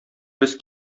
без